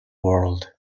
world